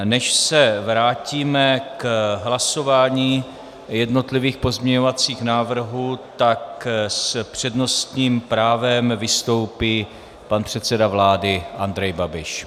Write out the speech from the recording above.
Než se vrátíme k hlasování jednotlivých pozměňovacích návrhů, tak s přednostním právem vystoupí pan předseda vlády Andrej Babiš.